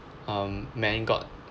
um man got